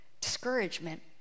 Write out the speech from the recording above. discouragement